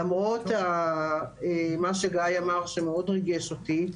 למרות מה שגיא אמר, שמאוד ריגש אותי,